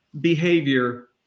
behavior